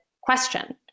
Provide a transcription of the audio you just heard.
question